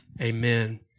Amen